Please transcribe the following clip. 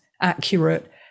accurate